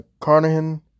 Carnahan